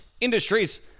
industries